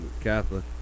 Catholic